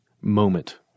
moment